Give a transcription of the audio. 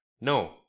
No